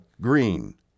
Green